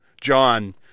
John